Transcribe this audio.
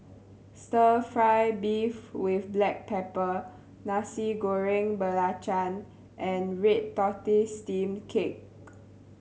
Stir Fry beef with black pepper Nasi Goreng Belacan and red tortoise steamed cake